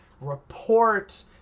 report